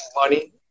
money